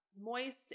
moist